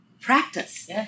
practice